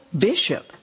bishop